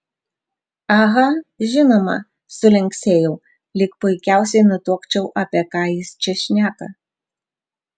aha žinoma sulinksėjau lyg puikiausiai nutuokčiau apie ką jis čia šneka